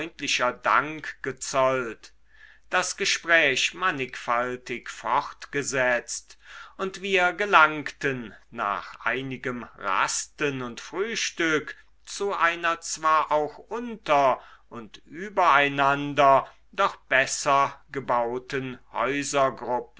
dank gezollt das gespräch mannigfaltig fortgesetzt und wir gelangten nach einigem rasten und frühstück zu einer zwar auch unter und übereinander doch besser gebauten